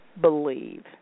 believe